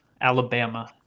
Alabama